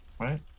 right